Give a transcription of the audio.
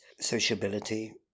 Sociability